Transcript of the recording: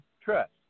trust